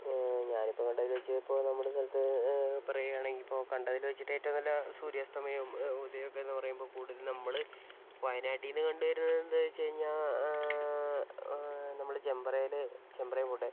ഞാനിപ്പോൾ കണ്ടതിൽ വെച്ച് ഇപ്പോൾ നമ്മുടെ സ്ഥലത്ത് പറയുകയാണെങ്കിൽ ഇപ്പോൾ കണ്ടതിൽ വെച്ച് ഏറ്റവും നല്ല സൂര്യ അസ്തമയം ഉദയം എന്ന് ഒക്കെ പറയുമ്പോൾ കൂടുതൽ നമ്മൾ വയനാട്ടിന്ന് കണ്ടുവരുന്നത് എന്ത് എന്ന് വെച്ച് കഴിഞ്ഞാൽ നമ്മുടെ ചെമ്പറയിലെ ചെമ്പറ കോട്ടെ